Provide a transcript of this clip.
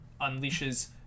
unleashes